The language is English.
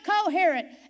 coherent